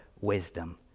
wisdom